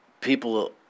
people